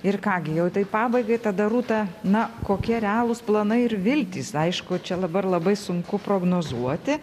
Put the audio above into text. ir ką gi jau tai pabaigai tada rūta na kokie realūs planai ir viltys aišku čia dabar labai sunku prognozuoti